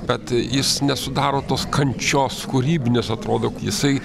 bet jis nesudaro tos kančios kūrybinės atrodo jisai